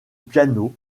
piano